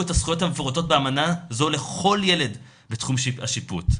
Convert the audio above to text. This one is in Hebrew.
את הזכויות המפורטות באמנה זו לכל ילד בתחום השיפוט.